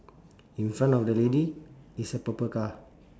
in front of the lady is a purple car